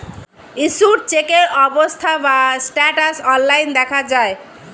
issued চেকের অবস্থা বা স্ট্যাটাস অনলাইন দেখা যায়